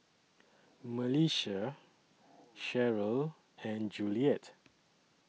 Melissia Cheryle and Juliet